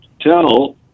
tell